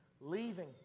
Leaving